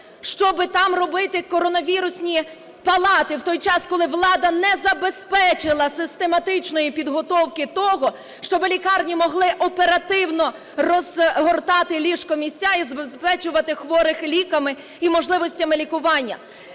щоб там робити коронавірусні палати, в той час коли влада не забезпечила систематичної підготовки того, щоб лікарні могли оперативно розгортати ліжко-місця і забезпечувати хворих ліками і можливостями лікування?